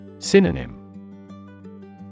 Synonym